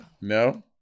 No